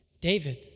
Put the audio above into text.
David